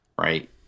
Right